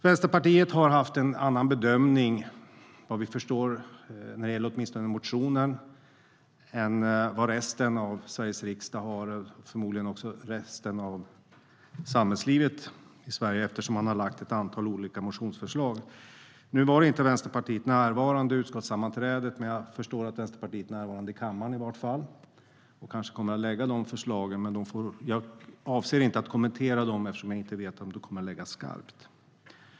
Vänsterpartiet har gjort en annan bedömning, vad vi förstår åtminstone vad gäller motionen, än vad resten av Sveriges riksdag och förmodligen också resten av samhällslivet i Sverige gör eftersom de har lagt fram ett antal olika motionsförslag. Nu var inte Vänsterpartiet närvarande vid utskottssammanträdet, men jag förstår att Vänsterpartiet är närvarande i kammaren i alla fall. De kanske kommer att lägga fram förslagen, men jag avser inte att kommentera dem eftersom jag inte vet om de kommer att läggas fram skarpt.